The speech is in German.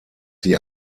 sie